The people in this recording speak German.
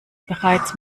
bereits